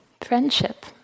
friendship